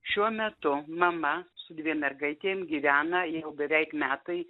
šiuo metu mama su dviem mergaitėm gyvena jau beveik metai